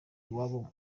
iwabo